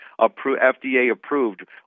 FDA-approved